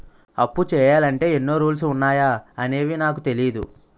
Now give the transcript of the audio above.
అప్పు చెయ్యాలంటే ఎన్నో రూల్స్ ఉన్నాయా అవేవీ నాకు తెలీదే